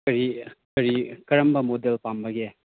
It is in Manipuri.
ꯀꯔꯤ ꯀꯔꯤ ꯀꯔꯝꯕ ꯃꯣꯗꯦꯜ ꯄꯥꯝꯕꯒꯦ